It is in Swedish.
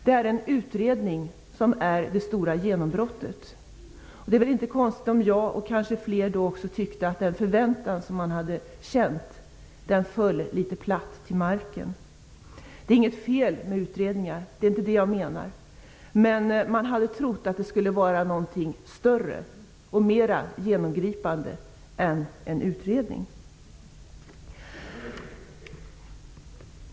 Det är en utredning som är det stora genombrottet. Det var väl inte konstigt om jag och kanske fler då tyckte att den förväntan som vi hade känt föll platt till marken. Det är inget fel med utredningar -- det är inte det jag menar. Men jag hade trott att det skulle komma något större och mer genomgripande än en utredning.